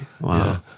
Wow